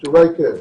התשובה היא כן.